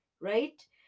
right